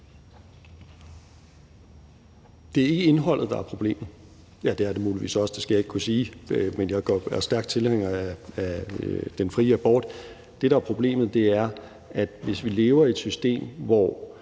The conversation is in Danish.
Det er ikke indholdet, der er problemet – ja, det er det muligvis også; det skal jeg ikke kunne sige, men jeg er stærk tilhænger af den fri abort. Det, der er problemet, er, at hvis vi lever i et system, hvor